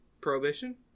Prohibition